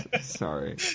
Sorry